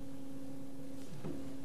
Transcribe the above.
בבקשה.